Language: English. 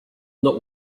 not